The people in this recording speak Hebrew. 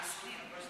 על החיסונים.